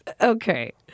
Okay